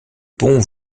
pont